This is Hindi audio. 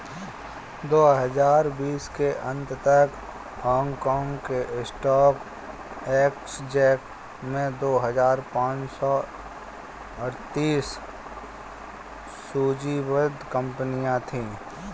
दो हजार बीस के अंत तक हांगकांग के स्टॉक एक्सचेंज में दो हजार पाँच सौ अड़तीस सूचीबद्ध कंपनियां थीं